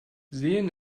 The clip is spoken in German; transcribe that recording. sehen